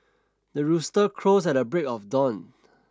the rooster crows at the break of dawn